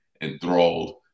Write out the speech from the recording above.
enthralled